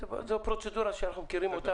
זו פרוצדורה שאנחנו מכירים אותה.